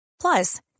Plus